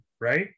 right